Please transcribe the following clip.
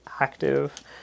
active